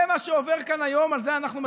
זה מה שעובר כאן היום, על זה אנחנו מצביעים.